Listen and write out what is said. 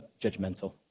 judgmental